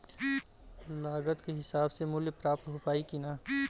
लागत के हिसाब से मूल्य प्राप्त हो पायी की ना?